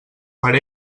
per